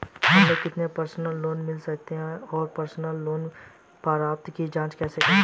हमें कितना personal loan मिल सकता है और पर्सनल लोन पात्रता की जांच कैसे करें?